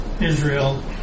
Israel